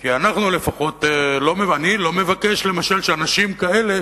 כי אנחנו לפחות, אני לא מבקש, למשל, שאנשים כאלה